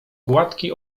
gładki